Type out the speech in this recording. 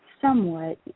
Somewhat